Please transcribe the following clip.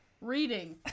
Reading